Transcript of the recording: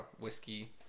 whiskey